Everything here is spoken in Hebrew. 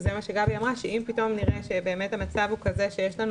מה שגבי אמרה זה שאם פתאום נראה שבאמת המצב הוא כזה שיש לנו